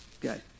Good